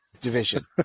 division